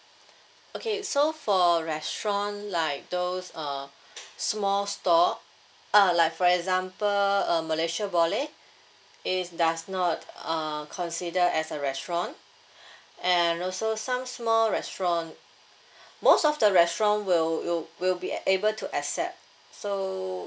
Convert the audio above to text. okay so for restaurant like those err small stall err like for example uh malaysia boleh is does not uh consider as a restaurant and also some small restaurant most of the restaurant will wi~ will be able to accept so